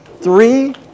three